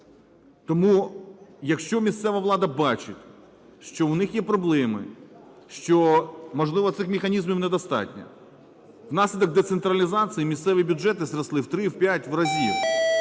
Тому, якщо місцева влада бачить, що у них є проблеми, що можливо цих механізмів недостатньо, внаслідок децентралізації місцеві бюджети зросли в 3, в 5 разів,